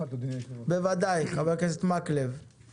חבר הכנסת מקלב, בבקשה.